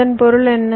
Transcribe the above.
இதன் பொருள் என்ன